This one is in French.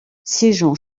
siégeant